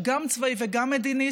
גם צבאי וגם מדיני,